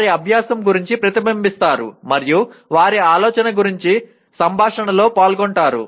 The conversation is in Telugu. వారి అభ్యాసం గురించి ప్రతిబింబిస్తారు మరియు వారి ఆలోచన గురించి సంభాషణలో పాల్గొంటారు